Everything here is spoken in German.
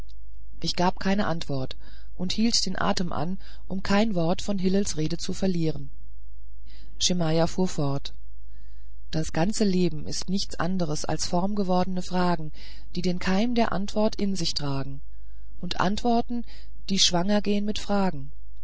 ich gab keine antwort und hielt den atem an um kein wort von hillels rede zu verlieren schemajah fuhr fort das ganze leben ist nichts anderes als formgewordene fragen die den keim der antwort in sich tragen und antworten die schwanger gehen mit fragen